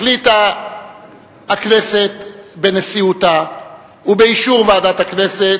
החליטה הכנסת בנשיאותה ובאישור ועדת הכנסת